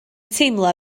teimlo